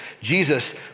Jesus